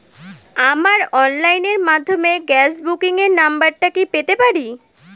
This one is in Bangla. আমার অনলাইনের মাধ্যমে গ্যাস বুকিং এর নাম্বারটা কি পেতে পারি?